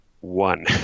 one